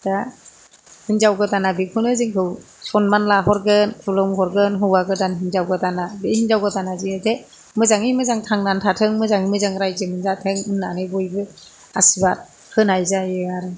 दा हिनजाव गोदान बेखौनो जोंखौ सनमान लाहरगोन खुलुमहरगोन हौवा गोदान हिनजाव गोदाना बे हिनजाव गोदाना जिहुथे मोजाङै थांनानै थाथों मोजाङै मोजां रायजो जाथों होननानै बयबो आसिरबाद होनाय जायो आरो